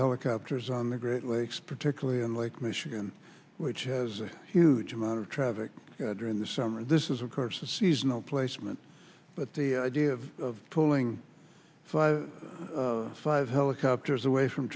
helicopters on the great lakes particularly in lake michigan which has a huge amount of traffic during the summer this is of course a seasonal placement but the idea of pulling five helicopters away from